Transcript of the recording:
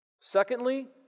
Secondly